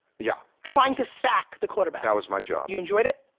yeah. trying to sack the quarterback. that was my job. you enjoyed it?